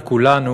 לכולנו,